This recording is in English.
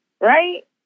Right